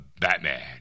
Batman